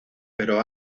pero